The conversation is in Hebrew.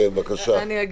ושוב,